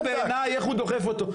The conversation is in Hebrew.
ואני ראיתי בעיניי איך הוא דוחף אותו.